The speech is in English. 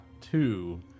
two